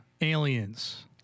Aliens